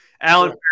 Alan